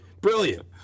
Brilliant